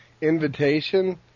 invitation